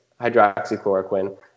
hydroxychloroquine